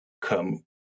come